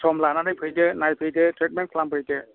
सम लानानै फैदो नायफैदो ट्रिटमेन्ट खालामफैदो